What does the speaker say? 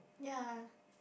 ya